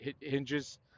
hinges